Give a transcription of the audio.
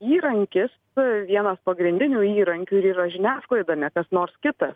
įrankis vienas pagrindinių įrankių ir yra žiniasklaida ne kas nors kitas